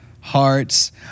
hearts